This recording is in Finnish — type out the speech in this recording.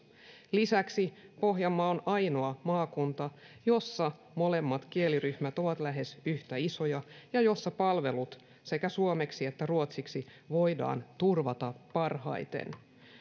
lisäksi pohjanmaa on ainoa maakunta jossa molemmat kieliryhmät ovat lähes yhtä isoja ja jossa palvelut sekä suomeksi että ruotsiksi voidaan turvata parhaiten